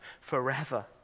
forever